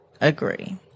agree